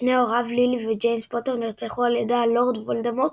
שני הוריו – לילי וג'יימס פוטר – נרצחו על ידי הלורד וולדמורט,